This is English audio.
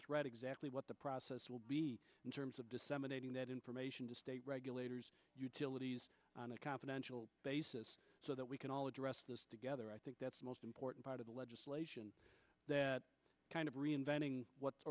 threat exactly what the process will be in terms of disseminating that information to state regulators utilities on a confidential basis so that we can all address this together i think that's most important part of the legislation that kind of reinventing what's